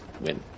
win